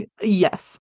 yes